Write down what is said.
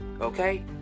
Okay